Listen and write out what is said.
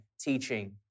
teaching